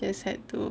just had to